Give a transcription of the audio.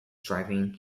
driving